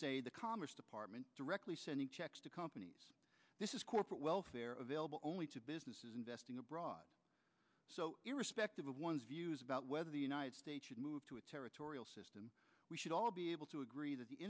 say the commerce department directly sending checks to companies this is corporate welfare available only to businesses investing abroad so irrespective of one's views about whether the united states should move to a territorial system we should all be able to agree that the